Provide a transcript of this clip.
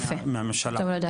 יפה טוב לדעת.